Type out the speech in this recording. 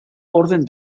orden